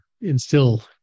instill